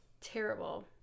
Terrible